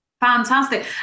Fantastic